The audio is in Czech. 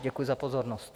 Děkuji za pozornost.